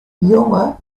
jonge